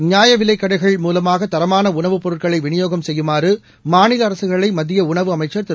நியாயவிலைக்கடைகள் மூலமாக தரமான உணவுப் பொருட்களை விநியோகம் செய்யுமாறு மாநில அரசுகளை மத்திய உணவு அமைச்சர் திரு